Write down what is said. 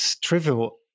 trivial